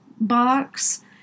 box